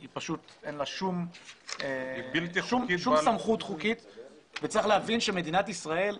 אין לה שום סמכות חוקית וצריך להבין שמדינת ישראל,